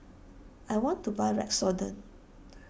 I want to buy Redoxon